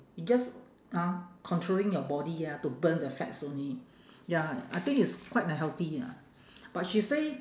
you just ah controlling your body ah to burn the fats only ya I think it's quite unhealthy lah but she say